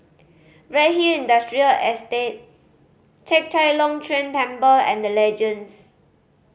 Redhill Industrial Estate Chek Chai Long Chuen Temple and The Legends